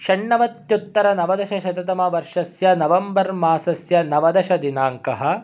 षण्नवत्युत्तरनवदशशततमवर्षस्य नवम्बर् मासस्य नवदशदिनाङ्कः